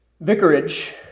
Vicarage